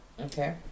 Okay